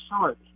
short